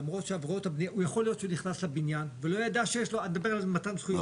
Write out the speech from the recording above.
למרות שיכול להיות שהוא נכנס לבניין ולא ידע שיש לו מתן זכויות.